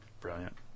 Brilliant